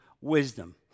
wisdom